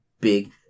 big